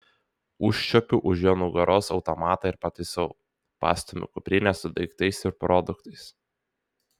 užčiuopiu už jo nugaros automatą ir pataisau pastumiu kuprinę su daiktais ir produktais